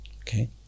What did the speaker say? Okay